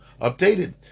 updated